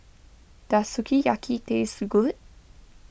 does Sukiyaki taste good